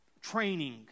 training